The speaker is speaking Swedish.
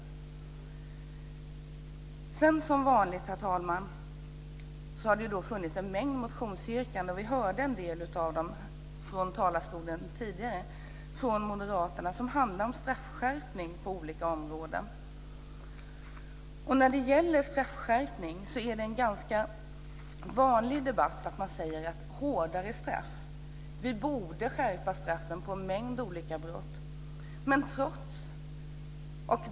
Herr talman! Som vanligt har det funnits en mängd motionsyrkanden. Vi hörde en del av dem från talarstolen tidigare från moderaterna. De handlar om straffskärpningar på olika områden. Det är ganska vanligt att man i debatterna säger att vi ska ha hårdare straff, att vi borde skärpa straffen för en mängd olika brott.